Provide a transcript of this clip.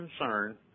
concern